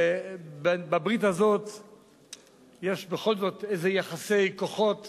בברית הזאת יש, בכל זאת, איזה יחסי כוחות